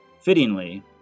Fittingly